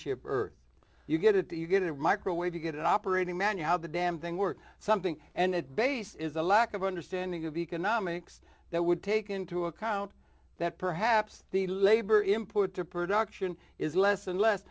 ship earth you get it you get it microwave you get it operating man you how the damned thing works something and base is a lack of understanding of economics that would take into account that perhaps the labor import to production is less and less